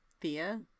Thea